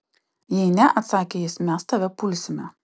jei ne atsakė jis mes tave pulsime